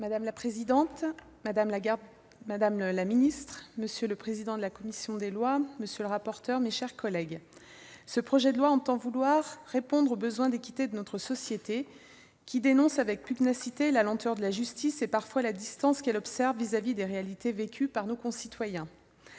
Madame la présidente, madame la ministre, monsieur le président de la commission des lois, messieurs les rapporteurs, mes chers collègues, ce projet de loi entend répondre au besoin d'équité de notre société, qui dénonce avec pugnacité la lenteur de la justice, et parfois la distance qu'elle observe par rapport aux réalités vécues par nos concitoyens.